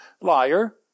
Liar